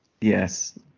yes